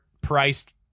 priced